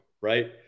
right